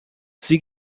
sie